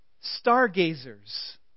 stargazers